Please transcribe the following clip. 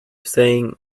saying